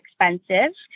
expensive